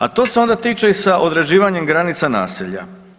A to se onda tiče i sa određivanjem granica naselja.